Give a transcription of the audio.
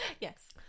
Yes